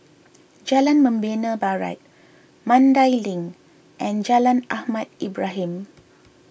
Jalan Membina Barat Mandai Link and Jalan Ahmad Ibrahim